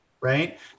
right